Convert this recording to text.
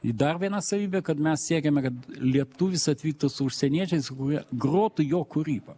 i dar viena savybė kad mes siekiame kad lietuvis atvyktų su užsieniečiais kurie grotų jo kūrybą